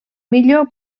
millor